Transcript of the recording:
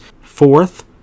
fourth